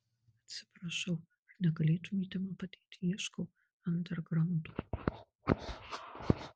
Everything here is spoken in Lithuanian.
atsiprašau ar negalėtumėte man padėti ieškau andergraundo